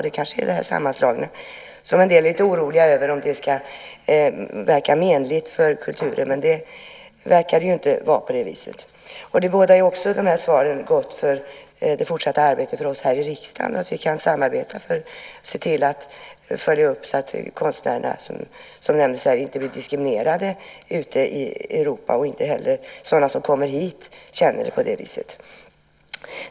Det kanske är sammanslagningen som gjort det. En del var lite oroliga över att det skulle vara menligt för kulturen, men det verkar inte bli på det viset. Svaren bådar också gott för det fortsatta arbetet här i riksdagen där vi ska samarbeta, följa upp och se till att konstnärerna inte blir diskriminerade ute i Europa och att inte heller de som kommer hit känner på det viset.